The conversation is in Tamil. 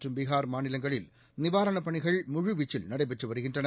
மற்றும் பீகார் மாநிலங்களில் நிவாரணப் பணிகள் முழுவீச்சில் நடைபெற்று வருகின்றன